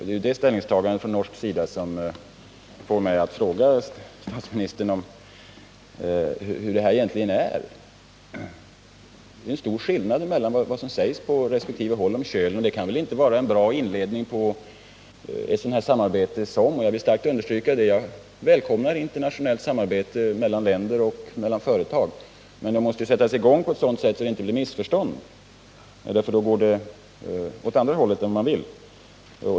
Det är det ställningstagandet från norsk sida som får mig att fråga statsministern hur det egentligen förhåller sig. Det är stor skillnad mellan vad som sägs på resp. sida om Kölen, och det kan väl inte vara en bra inledning på ett samarbete. Jag vill starkt understryka att jag välkomnar internationellt samarbete mellan länder och mellan företag, men det måste sättas i gång på ett sådant sätt att det inte blir missförstånd, för då går det åt ett annat håll än man vill.